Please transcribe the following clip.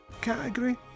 category